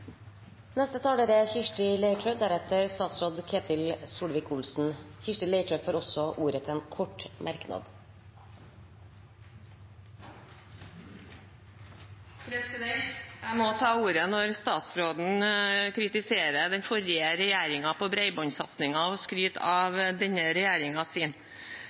Kirsti Leirtrø har hatt ordet to ganger tidligere og får ordet til en kortmerknad, begrenset til 1 minutt. Jeg må ta ordet når statsråden kritiserer den forrige regjeringen for bredbåndssatsingen og skryter av denne